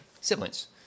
Siblings